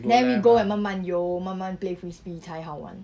then we go and 慢慢游慢慢 play frisbee 才好玩